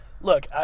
Look